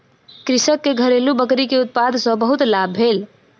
कृषक के घरेलु बकरी के उत्पाद सॅ बहुत लाभ भेल